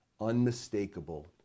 unmistakable